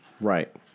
Right